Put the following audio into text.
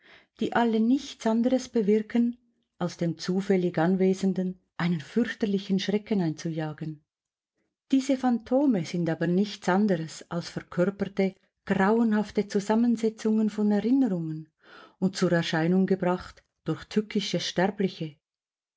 die alle nichts anderes bewirken als dem zufällig anwesenden einen fürchterlichen schrecken einzujagen diese phantome sind aber nichts anderes als verkörperte grauenhafte zusammensetzungen von erinnerungen und zur erscheinung gebracht durch tückische sterbliche